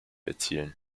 erzielen